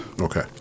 Okay